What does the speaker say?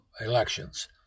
elections